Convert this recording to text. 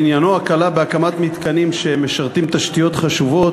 עניינו הקלה בהקמת מתקנים שמשרתים תשתיות חשובות,